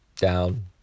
Down